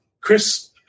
Chris